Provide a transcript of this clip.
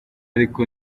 ariko